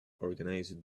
organized